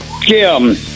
Jim